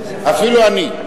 אפילו אני.